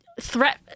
threat—